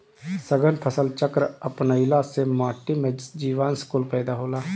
सघन फसल चक्र अपनईला से माटी में जीवांश कुल पैदा होला